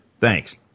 Thanks